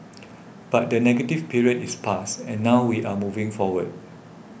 but the negative period is past and now we are moving forward